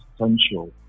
essential